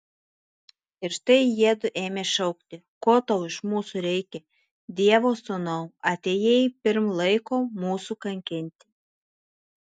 ir štai jiedu ėmė šaukti ko tau iš mūsų reikia dievo sūnau atėjai pirm laiko mūsų kankinti